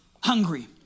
hungry